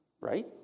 right